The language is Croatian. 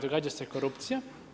Događa se korupcija.